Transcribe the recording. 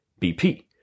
BP